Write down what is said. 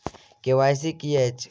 ई KYC की अछि?